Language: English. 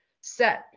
set